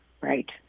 Right